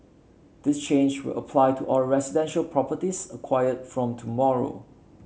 this change will apply to all residential properties acquired from tomorrow